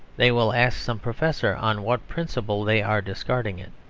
they will ask some professor on what principle they are discarding it.